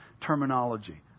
terminology